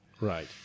Right